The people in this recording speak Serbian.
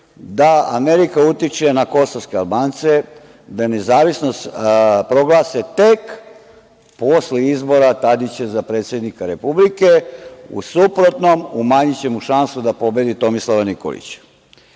da Amerika utiče na kosovske Albance, da nezavisnost proglase tek posle izbora Tadića za predsednika Republike. U suprotnom, umanjiće mu šansu da pobedi Tomislava Nikolića.